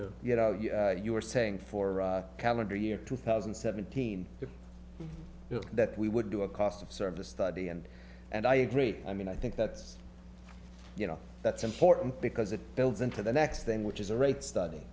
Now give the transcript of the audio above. upland you know you were saying for a calendar year two thousand and seventeen that we would do a cost of service study and and i agree i mean i think that's you know that's important because it builds into the next thing which is a rate study